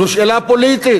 זו שאלה פוליטית.